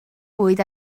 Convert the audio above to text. bwyd